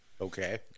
Okay